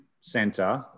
center